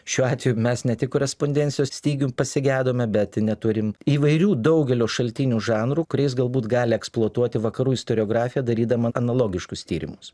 šiuo atveju mes ne tik korespondencijos stygium pasigedome bet neturim įvairių daugelio šaltinių žanrų kuriais galbūt gali eksploatuoti vakarų istoriografija darydama analogiškus tyrimus